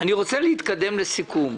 אני רוצה להתקדם לסיכום.